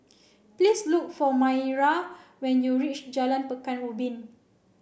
please look for Maira when you reach Jalan Pekan Ubin